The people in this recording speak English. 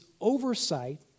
oversight